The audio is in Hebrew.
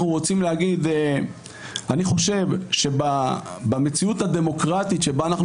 אני חושב שבמציאות הדמוקרטית שבה אנחנו